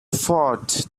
forth